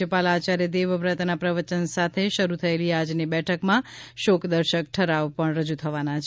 રાજયપાલ આયાર્ય દેવ વ્રત ના પ્રવચન સાથે શરૂ થયેલી આજની બેઠકમાં શોકદર્શક ઠરાવ પણ રજૂ થવાના છે